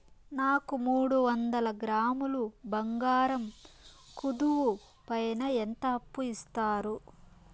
నాకు మూడు వందల గ్రాములు బంగారం కుదువు పైన ఎంత అప్పు ఇస్తారు?